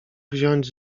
wziąć